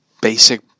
basic